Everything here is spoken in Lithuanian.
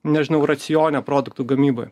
nežinau racione produktų gamyboje